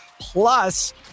Plus